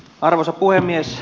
arvoisa puhemies